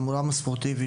העולם הספורטיבי,